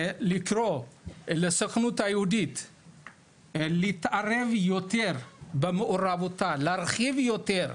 לקרוא לסוכנות היהודית להתערב יותר, להרחיב יותר,